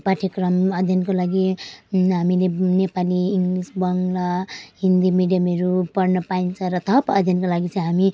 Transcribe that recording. पाठ्यक्रम अध्ययनको लागि हामीले नेपाली इङ्ग्लिस बङ्गला हिन्दी मिडियमहरू पढ्न पाइन्छ र थप अध्ययनको लागि चाहिँ हामी